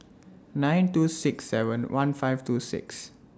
nine two six seven one five two six